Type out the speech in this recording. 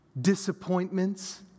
disappointments